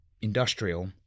industrial